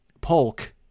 Polk